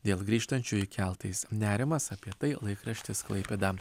dėl grįžtančiųjų keltais nerimas apie tai laikraštis klaipėda